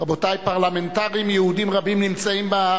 לשדרות וליישובי הנגב המערבי (הוראת שעה) (תיקון,